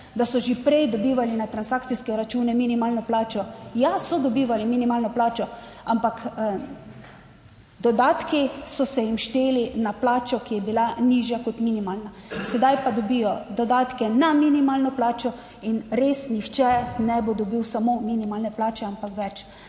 da so že prej dobivali na transakcijske račune minimalno plačo. Ja, so dobivali minimalno plačo, ampak dodatki so se jim šteli na plačo, ki je bila nižja kot minimalna, sedaj pa dobijo dodatke na minimalno plačo. In res nihče ne bo dobil samo minimalne plače, ampak več.